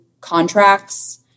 contracts